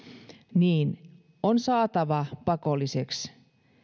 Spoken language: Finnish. on saatava pakolliseksi